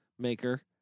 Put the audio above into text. maker